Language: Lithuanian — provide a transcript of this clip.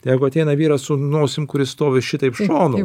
jeigu ateina vyras su nosim kuri stovi šitaip šonu